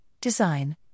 design